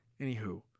Anywho